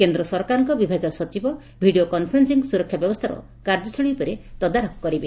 କେନ୍ଦ୍ର ସରକାରଙ୍କ ବିଭାଗୀୟ ସଚିବ ଭିଡ଼ିଓ କନ୍ଫରେନ୍ଦିଂ ସୁରକ୍ଷା ବ୍ୟବସ୍ତାର କାର୍ଯ୍ୟଶୈଳୀ ଉପରେ ତଦାରଖ କରିବେ